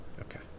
okay